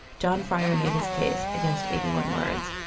john fryer made his case against eighty one words.